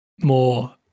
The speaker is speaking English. more